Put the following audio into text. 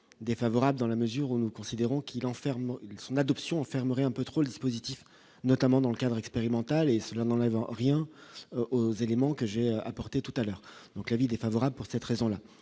défavorable dans la mesure où nous considérons qu'il enferme son adoption fermerait un peu trop le dispositif, notamment dans le cadre expérimental et cela n'enlève rien aux éléments que j'ai apporté tout à l'heure. Donc, avis défavorable pour cette raison-là,